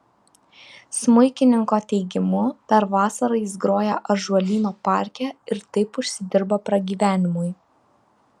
smuikininko teigimu per vasarą jis groja ąžuolyno parke ir taip užsidirba pragyvenimui